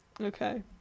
Okay